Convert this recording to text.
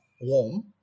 warm